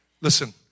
Listen